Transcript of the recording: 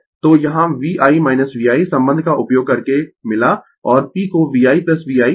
तो यहाँ V ' I VI ' संबंध का उपयोग करके मिला और P को VI V ' I मिला